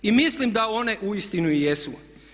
I mislim da one uistinu i jesu.